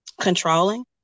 controlling